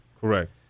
Correct